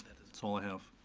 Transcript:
that's all i have.